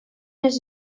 les